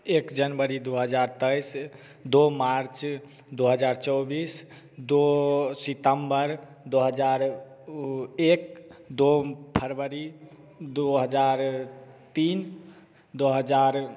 एक जनबरी दो हजार तेईस दो मार्च दो हजार चौबीस दो सितंबर दो हजार एक दो फरवरी दो हजार तीन दो हजार